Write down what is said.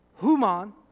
human